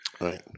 Right